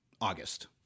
August